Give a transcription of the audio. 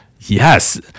yes